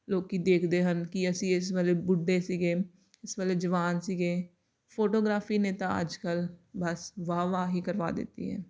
ਲੋਕ ਦੇਖਦੇ ਹਨ ਕਿ ਅਸੀਂ ਇਸ ਵੇਲੇ ਬੁੱਢੇ ਸੀਗੇ ਇਸ ਵੇਲੇ ਜਵਾਨ ਸੀਗੇ ਫੋਟੋਗ੍ਰਾਫੀ ਨੇ ਤਾਂ ਅੱਜ ਕੱਲ੍ਹ ਬਸ ਵਾਹ ਵਾਹ ਹੀ ਕਰਵਾ ਦਿੱਤੀ ਹੈ